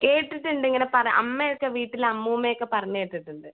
കേട്ടിട്ടുണ്ട് ഇങ്ങനെ പല അമ്മയൊക്കെ വീട്ടിൽ അമ്മൂമ്മ ഒക്കെ പറഞ്ഞു കേട്ടിട്ടുണ്ട്